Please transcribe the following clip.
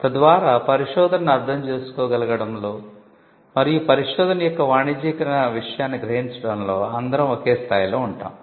తద్వారా పరిశోధనను అర్థం చేసుకోగలగడంలో మరియు పరిశోధన యొక్క వాణిజ్యీకరణ విషయాన్ని గ్రహించడంలో అందరo ఒకే స్థాయిలో ఉంటాo